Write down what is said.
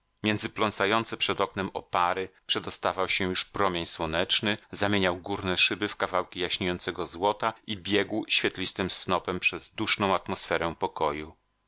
między pląsające przed oknem opary przedostawał się już promień słoneczny zamieniał górne szyby w kawałki jaśniejącego złota i biegł świetlistym snopem przez duszną atmosferę pokoju